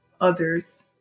others